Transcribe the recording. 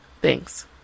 Thanks